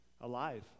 alive